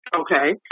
Okay